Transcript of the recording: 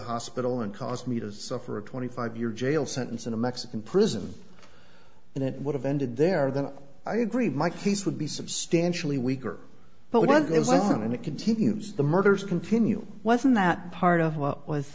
hospital and cause me to suffer a twenty five year jail sentence in a mexican prison and it would have ended there then i agree mike he's would be substantially weaker but when it went on and it continues the murders continue wasn't that part of what was